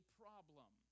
problem